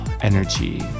energy